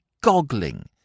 goggling